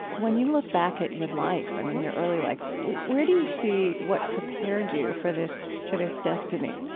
when you look back at your life, i mean, your early life, where do you see what prepared you for this, for this destiny?